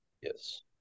Yes